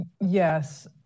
Yes